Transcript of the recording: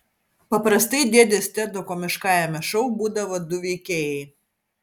paprastai dėdės tedo komiškajame šou būdavo du veikėjai